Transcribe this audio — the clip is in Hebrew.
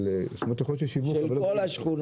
זאת אומרת יכול להיות שיש שיווק אבל --- של כל השכונות,